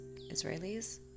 Israelis